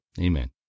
Amen